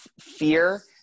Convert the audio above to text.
fear